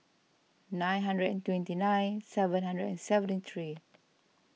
nine hundred and twenty nine seven hundred and seventy three